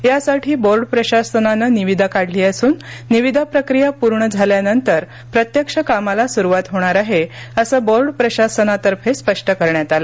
यासाठी बोर्ड प्रशासनानं निविदा काढली असून निविदा प्रक्रिया पूर्ण झाल्यानंतर प्रत्यक्ष कामाला सुरुवात होणार आहे असं बोर्ड प्रशासनातर्फे स्पष्ट करण्यात आलं